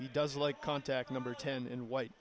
he does like contact number ten in white